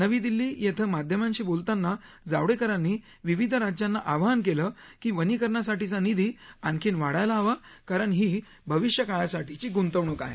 नवी दिल्ली येथे माध्यमांशी बोलताना जावडेकरांनी विविध राज्यांना आवाहन केलं की वनीकरणासाठीचा निधी आणखी वाढवायला हवा कारण ही भविष्याकाळासाठीची ग्ंतवणूक आहे